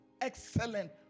excellent